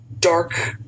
dark